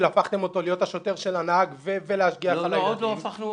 להיות השוטר של הנהג ולהשגיח על הילדים.